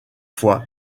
fois